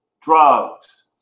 Drugs